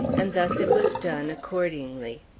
and thus it was done, accordingly.